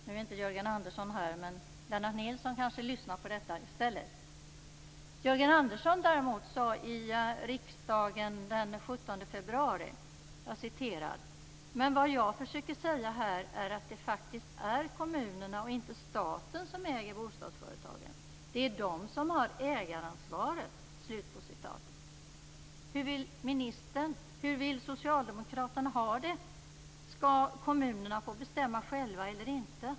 Nu är inte Jörgen Andersson här, men Lennart Nilsson kanske lyssnar på detta i stället. Jörgen Andersson sade i riksdagen den 17 februari i år: "Men vad jag försöker säga här är att det faktiskt är kommunerna och inte staten som äger bostadsföretagen. Det är de som har ägaransvaret." Hur vill socialdemokraterna ha det - skall kommunerna få bestämma själva eller inte?